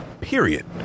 Period